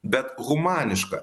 bet humaniška